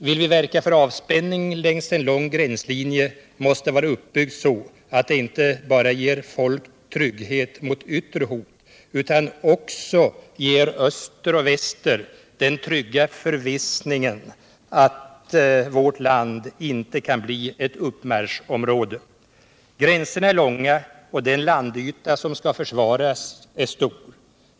Vill vi verka för avspänning längs en lång gränslinje måste det vara uppbyggt så att det inte bara ger vårt folk trygghet mot yttre hot utan också ger öster och väster den trygga förvissningen att vårt land inte kan bli ett uppmarschområde. Gränserna är långa, och den landyta som skall försvaras är stor.